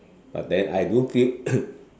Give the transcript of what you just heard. but then I do feel